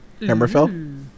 Hammerfell